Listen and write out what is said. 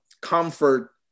comfort